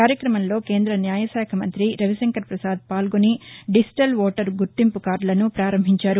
కార్యక్రమంలో కేంద న్యాయశాఖ మంతి రవిశంకర్ పసాద్ పాల్గొని డిజిటల్ ఓటర్ గుర్తింపు కార్గులను పారంభించారు